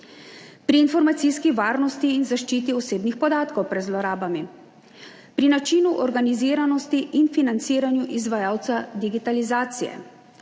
pri informacijski varnosti in zaščiti osebnih podatkov pred zlorabami, pri načinu organiziranosti in financiranju izvajalca digitalizacije,